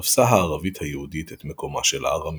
תפסה הערבית היהודית את מקומה של הארמית,